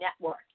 network